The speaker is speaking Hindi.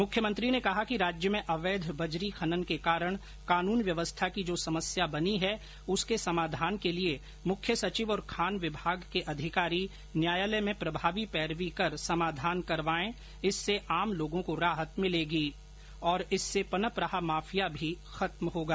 मुख्यमंत्री ने कहा कि राज्य में अवैध बजरी खनन के कारण कानून व्यवस्था की जो समस्या बनी है उसके समाधान के लिए मुख्य सचिव और खान विभाग के अधिकारी न्यायालय में प्रभावी पैरवी कर समाधान करवाएं इससे आम लोगों को राहत मिलेगी और इससे पनप रहा माफिया भी खत्म होगा